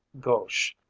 gauche